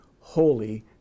holy